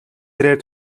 хэрээр